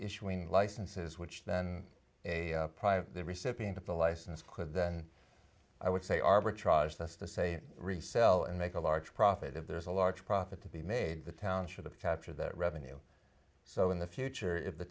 issuing licenses which then a private the recipient of the license quicker than i would say arbitrage thus to say resell and make a large profit if there's a large profit to be made the town should have capture that revenue so in the future if the